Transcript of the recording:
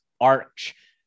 arch